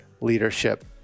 leadership